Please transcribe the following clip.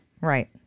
Right